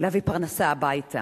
להביא פרנסה הביתה